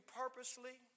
purposely